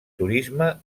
turisme